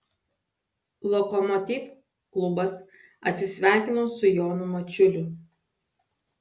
lokomotiv klubas atsisveikino su jonu mačiuliu